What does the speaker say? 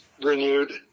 renewed